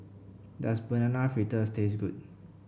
does Banana Fritters taste good